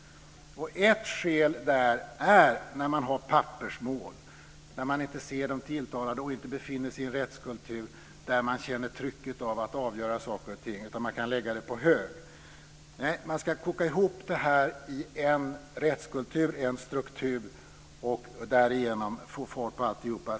Ett fel när man har pappersmål är att man inte ser de tilltalade och inte befinner sig i en rättskultur där man känner trycket av att avgöra saker och ting, utan man kan lägga det på hög. Nej, man ska koka ihop det här i en rättskultur, en struktur och därigenom få fart på alltihop.